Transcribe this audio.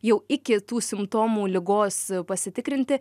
jau iki tų simptomų ligos pasitikrinti